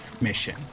mission